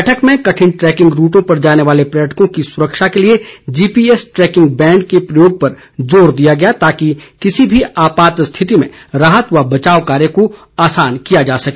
बैठक में कठिन ट्रैकिंग रूटों पर जाने वाले पर्यटकों की सुरक्षा के लिए जीपीएस ट्रैकिंग बैंड के प्रयोग पर जोर दिया गया ताकि किसी भी आपात स्थिति में राहत व बचाव कार्य को आसान किया जा सके